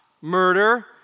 Murder